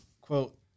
quote